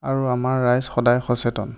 আৰু আমাৰ ৰাইজ সদায় সচেতন